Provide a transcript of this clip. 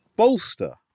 Bolster